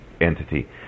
entity